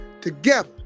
Together